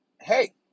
hey